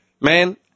Man